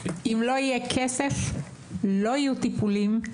אם לא יהיה כסף לא יהיו טיפולים,